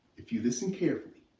if you listen carefully,